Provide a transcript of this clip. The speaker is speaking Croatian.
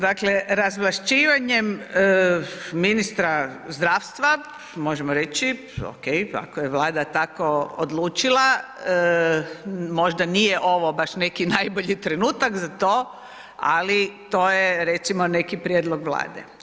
Dakle, razvlašćivanjem ministra zdravstva možemo reći ok, ako je Vlada tako odlučila, možda nije ovo neki najbolji trenutak za to, ali to je recimo neki prijedlog Vlade.